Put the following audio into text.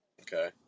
Okay